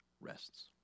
rests